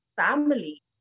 family